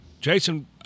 Jason